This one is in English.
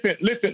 listen